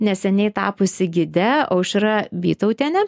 neseniai tapusi gide aušra vytautienė